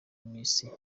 miss